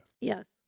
Yes